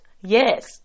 Yes